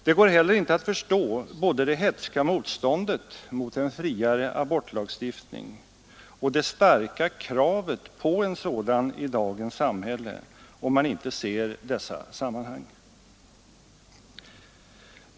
Det går heller inte att förstå både det hätska motståndet mot en friare abortlagstiftning och det starka kravet på en sådan i dagens samhälle om man inte ser dessa sammanhang.